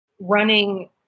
running